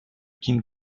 king